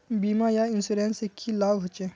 बीमा या इंश्योरेंस से की लाभ होचे?